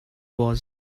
was